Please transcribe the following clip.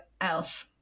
else